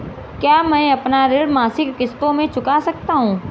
क्या मैं अपना ऋण मासिक किश्तों में चुका सकता हूँ?